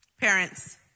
parents